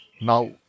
now